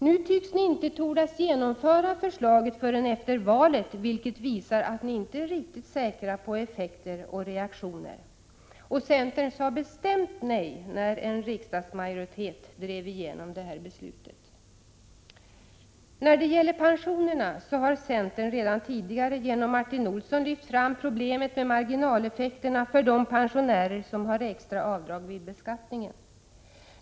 Nu tycks ni inte töras genomföra förslaget förrän efter valet, vilket visar att ni inte är riktigt säkra på effekter och reaktioner. Centern sade bestämt nej när riksdagsmajoriteten drev igenom det här beslutet. När det gäller pensionerna har centern redan tidigare genom Martin Olsson lyft fram problemet med marginaleffekterna för de pensionärer som har extra avdrag vid beskattningen.